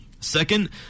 Second